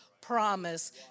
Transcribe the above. promise